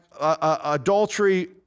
adultery